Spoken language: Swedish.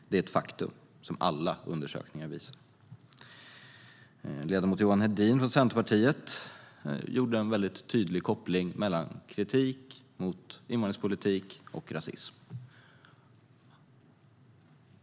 Det är ett faktum som alla undersökningar visar. Ledamot Johan Hedin från Centerpartiet gjorde en tydlig koppling mellan kritik mot invandringspolitik och rasism.